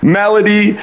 melody